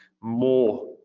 More